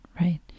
right